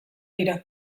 dira